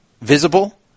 visible